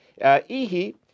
Ihi